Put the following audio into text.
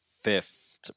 fifth